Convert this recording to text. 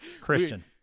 Christian